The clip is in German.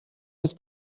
das